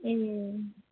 ए